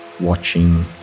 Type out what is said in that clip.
watching